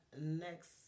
Next